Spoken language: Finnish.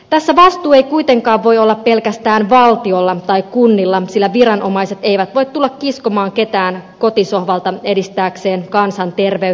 tässä vastuu ei kuitenkaan voi olla pelkästään valtiolla tai kunnilla sillä viranomaiset eivät voi tulla kiskomaan ketään kotisohvalta edistääkseen kansanterveyttä